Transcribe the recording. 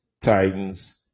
Titans